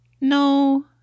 No